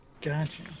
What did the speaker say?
Gotcha